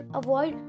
avoid